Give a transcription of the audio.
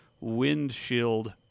windshield